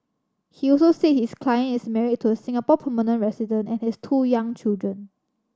he also said his client is married to a Singapore permanent resident and has two young children